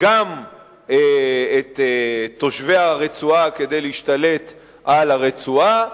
גם את תושבי הרצועה כדי להשתלט על הרצועה,